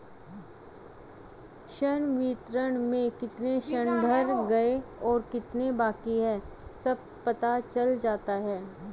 ऋण विवरण में कितने ऋण भर गए और कितने बाकि है सब पता चल जाता है